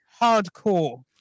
hardcore